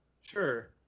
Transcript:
Sure